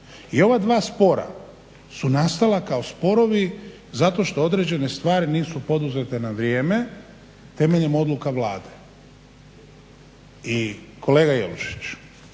I ova dva spora su nastala kao sporovi zato što određene stvari nisu poduzete na vrijeme temeljem odluka Vlade. I kolega Jelušiću,